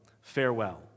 Farewell